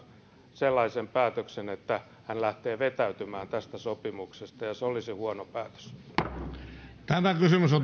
sellaisen päätöksen että hän lähtee vetäytymään tästä sopimuksesta se olisi huono päätös